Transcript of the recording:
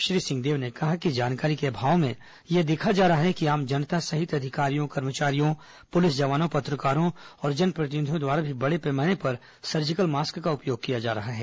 श्री सिंहदेव ने कहा कि जानकारी के अभाव में यह देखा जा रहा है कि आम जनता सहित अधिकारियों कर्मचारियों पुलिस जवानों पत्रकारों और जनप्रतिनिधियों द्वारा भी बड़े पैमाने पर सर्जिकल मास्क का उपयोग किया जा रहा है